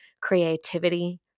creativity